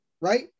right